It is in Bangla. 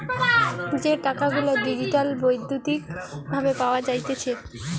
যে টাকা গুলা ডিজিটালি বৈদ্যুতিক ভাবে পাওয়া যাইতেছে